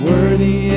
Worthy